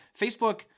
Facebook